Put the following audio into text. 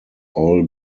all